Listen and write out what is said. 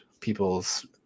People's